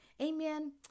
Amen